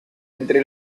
entre